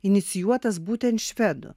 inicijuotas būtent švedų